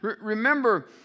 Remember